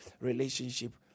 relationship